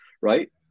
right